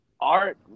art